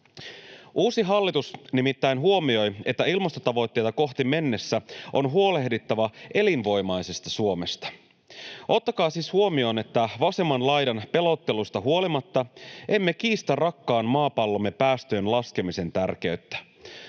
Uusi hallitus nimittäin huomioi, että ilmastotavoitteita kohti mentäessä on huolehdittava elinvoimaisesta Suomesta. Ottakaa siis huomioon, että vasemman laidan pelottelusta huolimatta emme kiistä rakkaan maapallomme päästöjen laskemisen tärkeyttä.